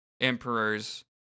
Emperors